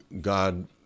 God